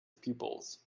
pupils